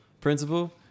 principle